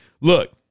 Look